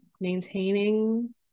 maintaining